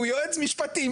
הוא יועץ משפטי.